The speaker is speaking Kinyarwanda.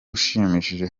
ushimishije